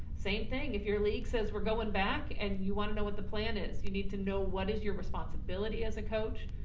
same thing. if your league says we're going back and you wanna know what the plan is, you need to know what is your responsibility as a coach?